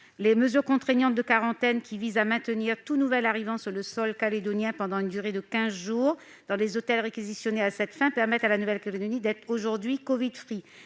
Les mesures contraignantes de quarantaines visant à maintenir tout nouvel arrivant sur le sol calédonien pendant une durée de quinze jours dans des hôtels réquisitionnés à cette fin permettent à ce territoire d'être aujourd'hui « covid